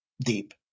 deep